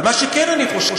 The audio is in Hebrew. אבל מה שכן אני חושב,